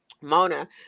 Mona